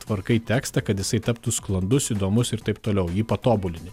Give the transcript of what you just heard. tvarkai tekstą kad jisai taptų sklandus įdomus ir taip toliau jį patobulini